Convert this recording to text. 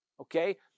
okay